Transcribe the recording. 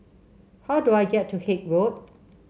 how do I get to Haig Road